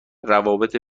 روابط